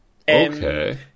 Okay